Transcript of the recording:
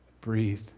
breathe